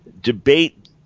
debate